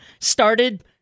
started